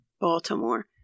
Baltimore